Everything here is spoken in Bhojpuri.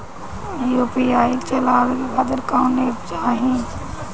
यू.पी.आई चलवाए के खातिर कौन एप चाहीं?